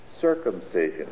circumcision